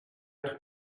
être